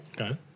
Okay